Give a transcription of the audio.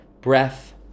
breath